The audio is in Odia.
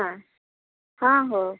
ହଁ ହଁ ହଉ